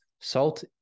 Salt